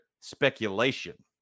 speculation